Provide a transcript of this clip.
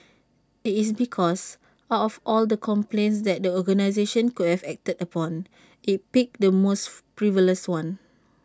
this is because out of all the complaints that the organisation could have acted upon IT picked the most frivolous one